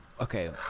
okay